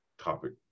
topic